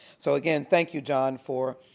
so again, thank you, john, for